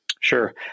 Sure